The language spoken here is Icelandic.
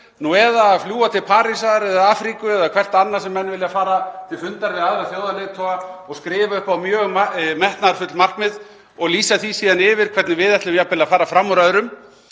nú eða að fljúga til Parísar eða Afríku, eða hvert annað sem menn vilja fara til fundar við aðrar þjóðarleiðtoga, og skrifa upp á mjög metnaðarfull markmið og lýsa því síðan yfir hvernig við ætlum jafnvel að fara fram úr öðrum.